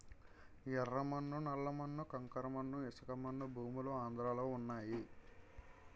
యెర్ర మన్ను నల్ల మన్ను కంకర మన్ను ఇసకమన్ను భూములు ఆంధ్రలో వున్నయి